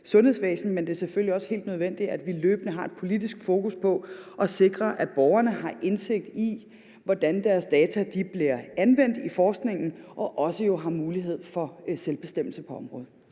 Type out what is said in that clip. men det er selvfølgelig også helt nødvendigt, at vi løbende har et politisk fokus på at sikre, at borgerne har indsigt i, hvordan deres data bliver anvendt i forskningen, og jo også har mulighed for selvbestemmelse på området.